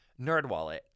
NerdWallet